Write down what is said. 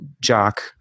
jock